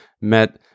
met